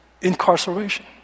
incarceration